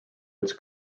its